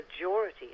majority